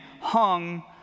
hung